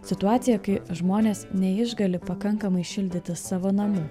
situaciją kai žmonės neišgali pakankamai šildyti savo namų